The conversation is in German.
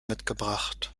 mitgebracht